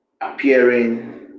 appearing